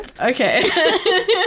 Okay